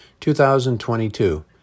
2022